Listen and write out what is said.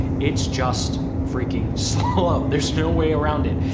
it's just freaking slow. there's no way around it.